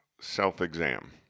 self-exam